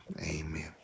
amen